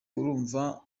urumva